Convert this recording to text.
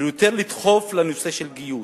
ויותר לדחוף לנושא של גיוס.